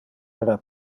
era